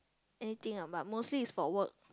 anything ah but mostly is for work